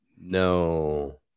No